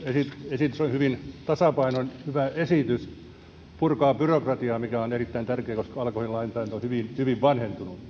esitys on hyvin tasapainoinen hyvä esitys se purkaa byrokratiaa mikä on erittäin tärkeää koska alkoholilainsäädäntö on hyvin vanhentunut